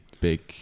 big